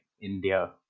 India